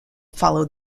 follow